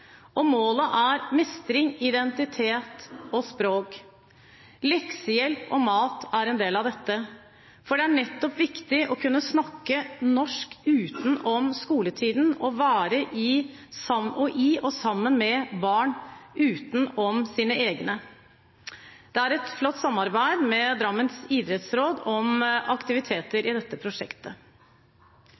og målet er mestring, identitet og språk. Leksehjelp og mat er en del av dette, for det er viktig å kunne snakke norsk utenom skoletiden og være sammen med barn utenom sine egne. Det er et flott samarbeid med Drammen Idrettsråd om aktiviteter i dette prosjektet.